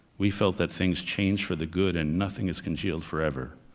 we felt that things change for the good and nothing is congealed forever.